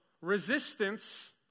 resistance